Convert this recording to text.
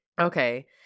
Okay